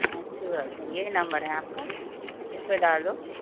اچّھی بات ہے یہی نمبر ہے آپ کا اس پہ ڈال دوں